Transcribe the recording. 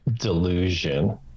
delusion